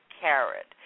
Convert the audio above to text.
carrot